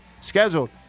scheduled